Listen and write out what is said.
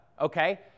okay